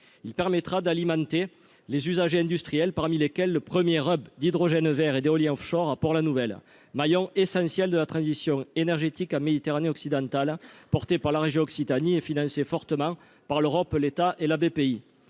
il permettra d'alimenter les usagers industriels parmi lesquels le 1er robe d'hydrogène Vert et d'éolien Offshore à pour la maillon essentiel de la transition énergétique en Méditerranée occidentale, porté par la région Occitanie et fortement par l'Europe, l'État et la BPI